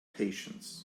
patience